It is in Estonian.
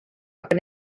aga